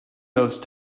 those